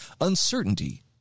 uncertainty